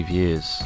years